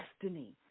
destiny